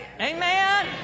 Amen